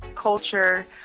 culture